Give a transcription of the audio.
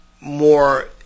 more